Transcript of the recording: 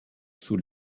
sous